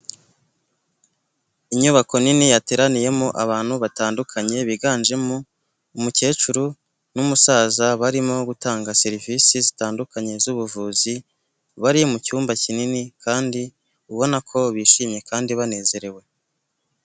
Inyubako nini yateraniyemo abantu batandukanye, biganjemo umukecuru n'umusaza, barimo gutanga serivisi zitandukanye z'ubuvuzi, bari mu cyumba kinini, kandi ubona ko bishimye, kandi banezerewe.